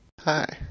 Hi